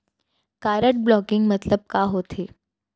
Card blocking मतलब का होथे?